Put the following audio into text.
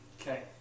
Okay